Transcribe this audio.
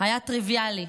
היה טריוויאלי: